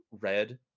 red